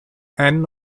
ann